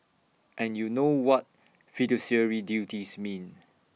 and you know what fiduciary duties mean